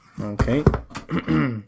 Okay